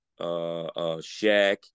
Shaq